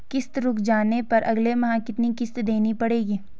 किश्त रुक जाने पर अगले माह कितनी किश्त देनी पड़ेगी?